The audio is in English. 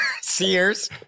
Sears